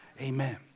Amen